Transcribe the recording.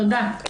תודה.